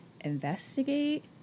investigate